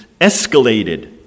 escalated